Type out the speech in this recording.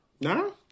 No